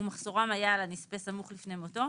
ומחסורם היה על הנספה סמוך לפני מותו,